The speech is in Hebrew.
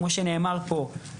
וכמו שנאמר פה,